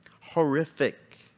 Horrific